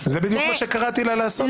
עד שקוראים אותך לסדר שלוש פעמים.